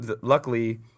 luckily